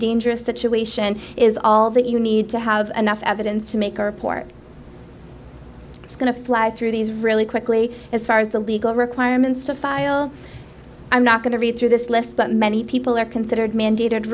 dangerous situation is all that you need to have enough evidence to make or port is going to fly through these really quickly as far as the legal requirements to file i'm not going to read through this list but many people are considered mandated